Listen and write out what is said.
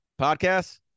Podcasts